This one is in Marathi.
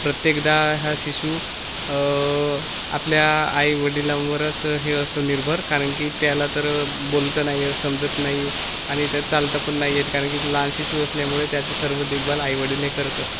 प्रत्येकदा ह्या शिशू आपल्या आई वडिलांवरच हे असतो निर्भर कारण की त्याला तर बोलता नाही येत समजत नाही आणि त्या चालता पण नाही येत कारण की लहान शिशू असल्यामुळे त्याचे सर्व देखभाल आई वडील हे करत असतात